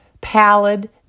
Pallid